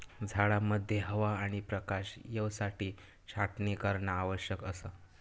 झाडांमध्ये हवा आणि प्रकाश येवसाठी छाटणी करणा आवश्यक असा